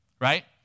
right